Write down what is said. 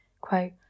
quote